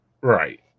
Right